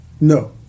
No